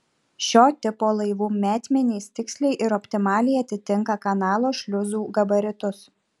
šio tipo laivų metmenys tiksliai ir optimaliai atitinka kanalo šliuzų gabaritus